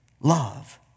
love